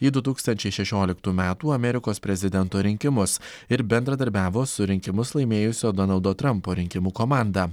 į du tūkstančiai šešioliktų metų amerikos prezidento rinkimus ir bendradarbiavo su rinkimus laimėjusio donaldo trampo rinkimų komanda